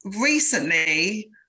Recently